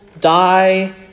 die